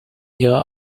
ihre